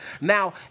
Now